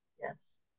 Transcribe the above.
Yes